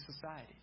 society